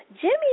Jimmy